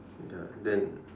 ya then